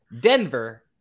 Denver